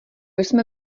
jsme